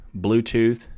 Bluetooth